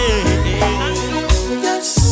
Yes